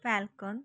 falcon